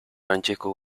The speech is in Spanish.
francesco